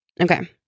Okay